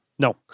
No